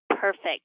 Perfect